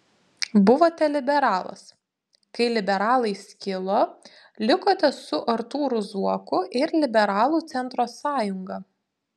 buvote liberalas kai liberalai skilo likote su artūru zuoku ir liberalų centro sąjunga